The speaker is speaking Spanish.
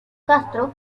castro